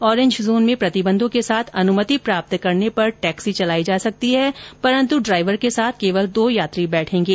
orange zone में प्रतिबंधों के साथ अनुमति प्राप्त करने पर टैक्सी चलायी जा सकती है परंतु ड्राइवर के साथ केवल दो यात्री बैठेंगे